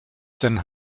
sein